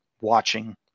watching